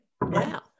Wow